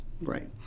right